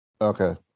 Okay